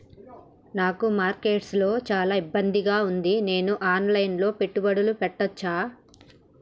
నాకు మార్కెట్స్ లో చాలా ఇబ్బందిగా ఉంది, నేను ఆన్ లైన్ లో పెట్టుబడులు పెట్టవచ్చా?